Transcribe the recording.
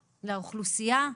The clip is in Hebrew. לאוכלוסייה.